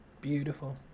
Beautiful